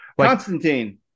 Constantine